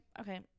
Okay